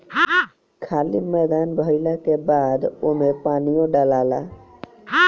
खाली मैदान भइला के बाद ओमे पानीओ डलाला